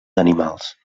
animals